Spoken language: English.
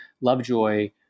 Lovejoy